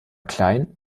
klein